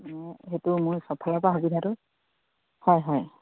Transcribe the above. সেইটো মোৰ চব ফালৰ পৰা সুবিধাটো হয় হয়